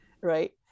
right